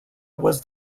was